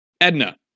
Edna